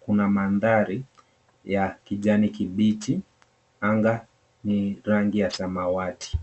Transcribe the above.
kuna maandhari ya kijani kibichi, anga ni rangi ya samawati.